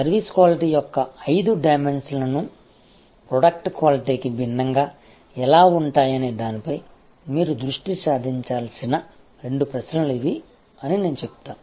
service quality యొక్క ఐదు డైమెన్షన్లు ప్రొడక్ట్ క్వాలిటీకి భిన్నంగా ఎలా ఉంటాయనే దానిపై మీరు దృష్టి సారించాల్సిన రెండు ప్రశ్నలు ఇవి అని నేను చెప్తాను